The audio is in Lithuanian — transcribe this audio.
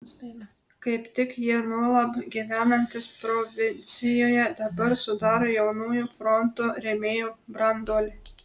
kaip tik jie juolab gyvenantys provincijoje dabar sudaro jaunųjų fronto rėmėjų branduolį